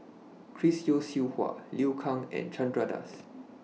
Chris Yeo Siew Hua Liu Kang and Chandra Das